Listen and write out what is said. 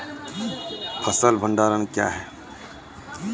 फसल भंडारण क्या हैं?